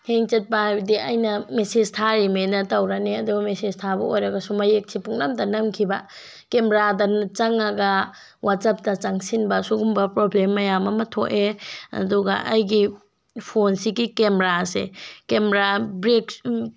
hang ꯆꯠꯄ ꯍꯥꯏꯕꯗꯤ ꯑꯩꯅ ꯃꯦꯁꯦꯁ ꯊꯥꯔꯤꯃꯦꯅ ꯇꯧꯔꯅꯤ ꯑꯗꯨꯒ ꯃꯦꯁꯦꯁ ꯊꯥꯕ ꯑꯣꯏꯔꯒꯁꯨ ꯃꯌꯦꯛꯁꯦ ꯄꯨꯡꯅꯝꯇ ꯅꯝꯈꯤꯕ ꯀꯦꯃꯦꯔꯥꯗ ꯆꯪꯉꯒ ꯋꯥꯠꯆꯞꯇ ꯆꯪꯁꯤꯟꯕ ꯁꯤꯒꯨꯝꯕ ꯄ꯭ꯔꯣꯕ꯭ꯂꯦꯝ ꯃꯌꯥꯝ ꯑꯃ ꯊꯣꯛꯑꯦ ꯑꯗꯨꯒ ꯑꯩꯒꯤ ꯐꯣꯟꯁꯤꯒꯤ ꯀꯦꯃꯦꯔꯥꯁꯦ ꯀꯦꯃꯦꯔꯥ